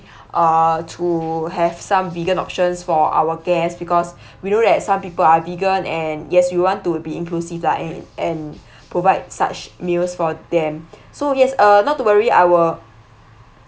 uh to have some vegan options for our guests because we know that some people are vegan and yes we want to be inclusive lah and and provide such meals for them so yes uh not to worry I will